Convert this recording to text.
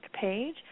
page